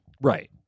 Right